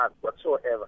whatsoever